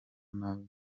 nabi